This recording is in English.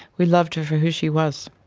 we loved her for who she was.